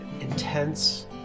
intense